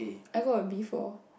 I got a B four